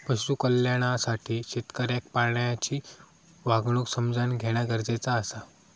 पशु कल्याणासाठी शेतकऱ्याक प्राण्यांची वागणूक समझान घेणा गरजेचा आसा